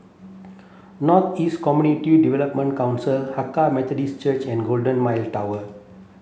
North East Community Development Council Hakka Methodist Church and Golden Mile Tower